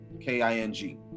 K-I-N-G